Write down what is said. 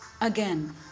Again